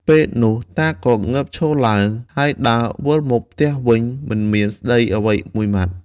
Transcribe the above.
ពេលនោះតាក៏ងើបឈរឡើង ហើយដើរវិលមកផ្ទះវិញមិនមានស្ដីអ្វីមួយម៉ាត់។